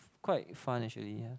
quite fun actually yeah